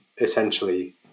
essentially